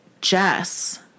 Jess